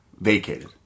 vacated